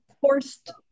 Forced